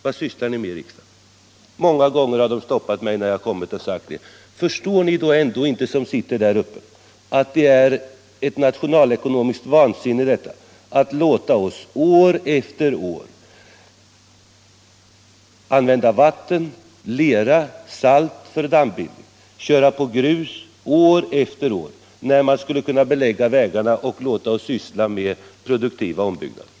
Man har många gånger stoppat mig och frågat: Förstår ni då inte, ni som sitter där uppe, att det är nationalekonomiskt vansinne att låta oss år efter år använda vatten, lera och salt för dammbindning och låta oss köra på grus år efter år, när man i stället kunde belägga vägarna och låta oss syssla med produktiva ombyggnader?